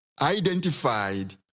identified